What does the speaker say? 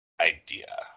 idea